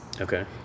Okay